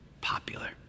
popular